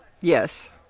Yes